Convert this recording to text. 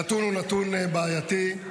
הנתון הוא בעייתי.